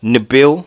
Nabil